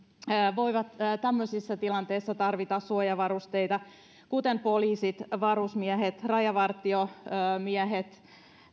voivat tämmöisissä tilanteissa tarvita suojavarusteita kuten poliisit varusmiehet rajavartiomiehet